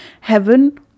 heaven